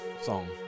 song